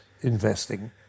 investing